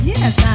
Yes